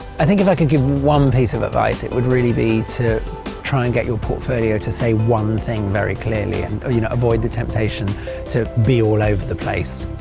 i think if i could give one piece of advice it would be to try and get your portfolio to say one thing very clearly. and ah you know avoid the temptation to be all over the place.